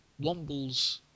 Wombles